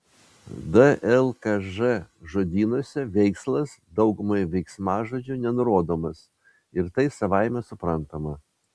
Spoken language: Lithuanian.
dlkž žodynuose veikslas daugumai veiksmažodžių nenurodomas ir tai savaime suprantama